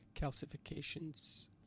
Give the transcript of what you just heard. calcifications